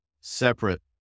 separate